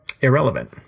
irrelevant